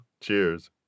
cheers